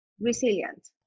resilient